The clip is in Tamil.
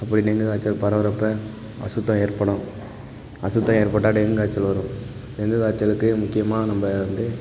அப்படி டெங்கு காய்ச்சல் பரவுறப்போ அசுத்தம் ஏற்படும் அசுத்தம் ஏற்பட்டால் டெங்கு காய்ச்சல் வரும் டெங்கு காய்ச்சலுக்கு முக்கியமாக நம்ம வந்து